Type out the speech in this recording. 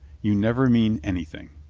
you never mean anything.